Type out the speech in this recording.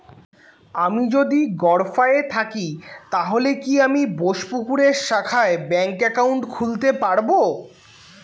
আমি যদি গরফায়ে থাকি তাহলে কি আমি বোসপুকুরের শাখায় ব্যঙ্ক একাউন্ট খুলতে পারবো?